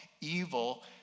evil